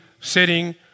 sitting